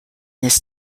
this